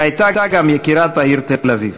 היא הייתה גם יקירת העיר תל-אביב.